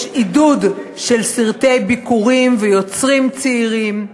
יש עידוד לסרטי ביכורים ויוצרים צעירים,